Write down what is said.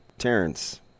terrence